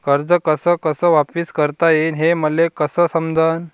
कर्ज कस कस वापिस करता येईन, हे मले कस समजनं?